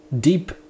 deep